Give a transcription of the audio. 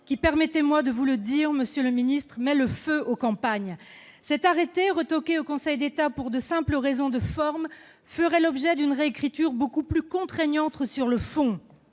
l'expression, monsieur le ministre, met le feu aux campagnes ! Cet arrêté, retoqué par le Conseil d'État pour de simples raisons de forme, ferait l'objet d'une réécriture beaucoup plus contraignante sur le fond.